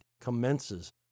commences